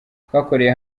twakoreye